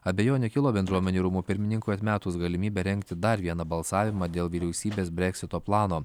abejonė kilo bendruomenių rūmų pirmininkui atmetus galimybę rengti dar vieną balsavimą dėl vyriausybės breksito plano